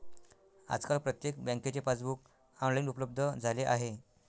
आजकाल प्रत्येक बँकेचे पासबुक ऑनलाइन उपलब्ध झाले आहे